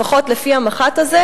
לפחות לפי המח"ט הזה,